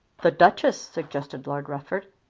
the duchess! suggested lord rufford.